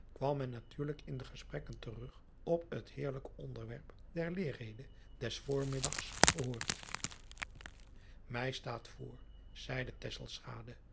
men natuurlijk in de gesprekken terug op het heerlijk onderwerp der eerrede des voormiddags gehoord ij staat voor zeide